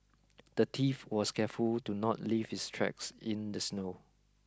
the thief was careful do not leave his tracks in the snow